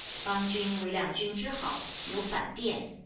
bang jun wei liang jun zhi hao, you fan dian,